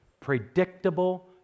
predictable